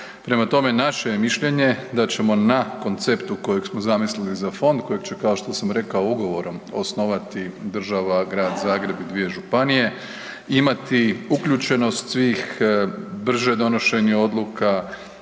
Prema tome, naše je mišljenje da ćemo na konceptu kojeg smo zamislili za fond, kojeg će kao što sam rekao ugovorom osnovati država, Grad Zagreb i dvije županije, imati uključenost svih, brže donošenje odluka,